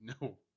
No